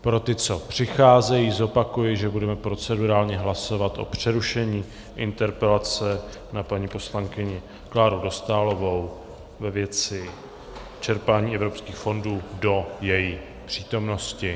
Pro ty, co přicházejí, zopakuji, že budeme procedurálně hlasovat o přerušení interpelace na paní poslankyni Kláru Dostálovou ve věci čerpání evropských fondů do její přítomnosti.